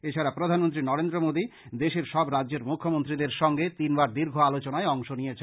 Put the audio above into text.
এছাড়া প্রধানমন্ত্রী নরেন্দ্র মোদী দেশের সব রাজ্যের মুখ্যমন্ত্রীদের সঙ্গে তিনবার দীর্ঘ আলোচনায় অংশ নিয়েছেন